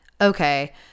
okay